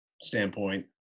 standpoint